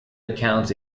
accounts